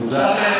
תודה.